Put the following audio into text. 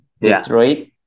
Detroit